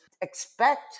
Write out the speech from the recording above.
expect